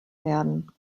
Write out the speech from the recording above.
werden